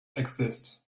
exist